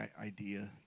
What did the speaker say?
idea